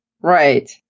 Right